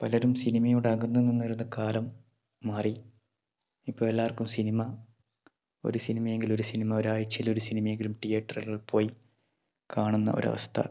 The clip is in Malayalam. പലരും സിനിമയോട് അകന്ന് നിന്നിരുന്ന കാലം മാറി ഇപ്പം എല്ലാവർക്കും സിനിമ ഒരു സിനിമ എങ്കിലും ഒരു സിനിമ ഒരാഴ്ച്ചയിൽ ഒരു സിനിമയെങ്കിലും ടീയറ്ററിൽ പോയി കാണുന്ന ഒരവസ്ഥ